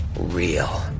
real